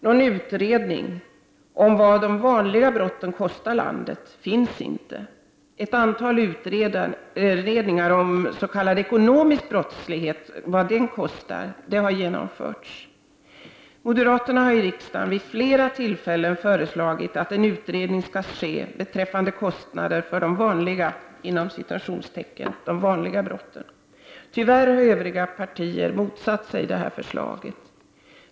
Någon utredning om vad de ”vanliga” brotten kostar landet finns inte. Ett antal utredningar om vad s.k. ekonomisk brottslighet kostar har dock genomförts. Moderaterna har i riksdagen vid flera tillfällen föreslagit att en utredning skall ske beträffande kostnader för de ”vanliga” brotten. Tyvärr har övriga partier motsatt sig förslaget.